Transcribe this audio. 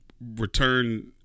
Return